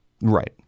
Right